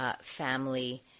family